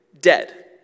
dead